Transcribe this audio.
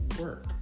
work